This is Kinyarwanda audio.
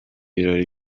birori